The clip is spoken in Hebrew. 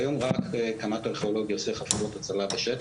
כיום רק קמ"ט ארכיאולוגיה עושה חפירות הצלה בשטח,